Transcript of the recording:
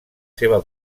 seva